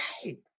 hey